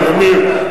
עמיר,